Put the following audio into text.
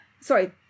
Sorry